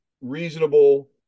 reasonable